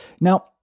Now